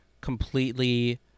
completely